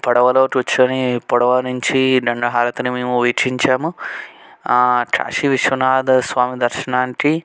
పడవలో కూర్చుని పడవ నుంచి గంగా హారతిని మేము వీక్షించాము కాశీ విశ్వనాథ స్వామి దర్శనానికి